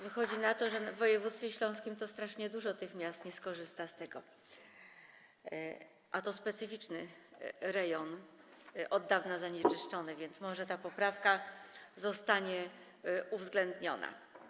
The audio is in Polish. Wychodzi na to, że w województwie śląskim strasznie dużo tych miast nie skorzysta z tego, a to specyficzny rejon, od dawna zanieczyszczony, więc może ta poprawka zostanie uwzględniona.